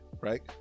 Right